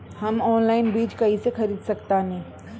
हम ऑनलाइन बीज कईसे खरीद सकतानी?